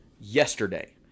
yesterday